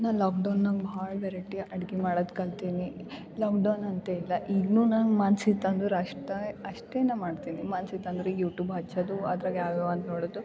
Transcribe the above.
ನಾನು ಲಾಕ್ಡೌನಾಗ ಭಾಳ ವೆರೈಟಿಯ ಅಡುಗೆ ಮಾಡೋದ್ ಕಲ್ತೀನಿ ಲಾಕ್ಡೌನ್ ಅಂತಿಲ್ಲ ಇಗ್ನೂ ನಂಗೆ ಮನ್ಸು ಇತ್ತು ಅಂದ್ರೆ ಅಷ್ಟ ಅಷ್ಟೇ ನಾ ಮಾಡ್ತಿನಿ ಮನ್ಸು ಇತ್ತು ಅಂದ್ರೆ ಯುಟ್ಯೂಬ್ ಹಚ್ಚೋದು ಅದ್ರಗೆ ಯಾವುಯಾವು ಅಂತ ನೋಡೋದು